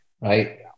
right